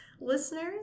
Listeners